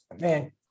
Man